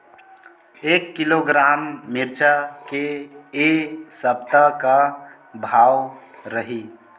एक किलोग्राम मिरचा के ए सप्ता का भाव रहि?